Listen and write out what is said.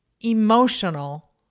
emotional